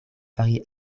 fari